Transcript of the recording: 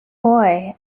boy